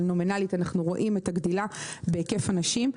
אבל נומינלית אנחנו רואים את הגידול בהיקף הנשים.